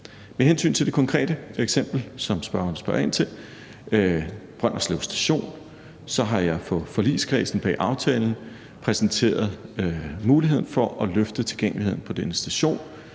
Med hensyn til det konkrete eksempel, som spørgeren spørger ind til – Brønderslev Station – har jeg for forligskredsen bag aftalen præsenteret muligheden for at løfte tilgængeligheden på denne station,